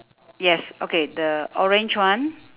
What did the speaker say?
yes okay the orange one